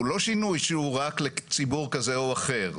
הוא לא שינוי שהוא רק לציבור כזה או אחר,